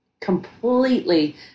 completely